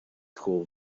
school